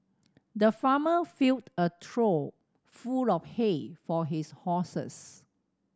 the farmer filled a trough full of hay for his horses